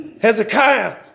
Hezekiah